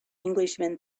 englishman